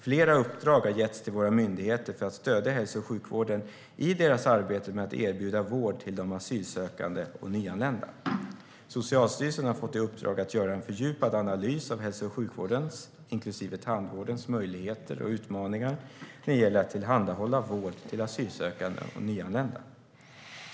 Flera uppdrag har getts till våra myndigheter för att stödja hälso och sjukvården i arbetet med att erbjuda vård till de asylsökande och nyanlända. Socialstyrelsen har fått i uppdrag att göra en fördjupad analys av hälso och sjukvårdens inklusive tandvårdens möjligheter och utmaningar när det gäller att tillhandahålla vård till asylsökande och nyanlända.